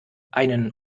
einen